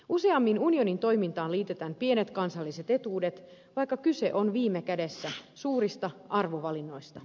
useammin unionin toimintaan liitetään pienet kansalliset etuudet vaikka kyse on viime kädessä suurista arvovalinnoista